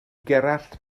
gerallt